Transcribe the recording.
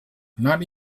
not